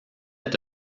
est